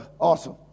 awesome